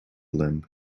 limb